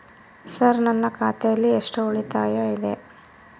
Sir ನನ್ನ ಖಾತೆಯಲ್ಲಿ ಎಷ್ಟು ಉಳಿತಾಯ ಇದೆ?